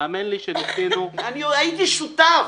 האמן לי שהם התחילו --- אני הייתי שותף.